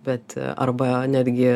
bet arba netgi